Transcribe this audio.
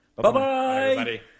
Bye-bye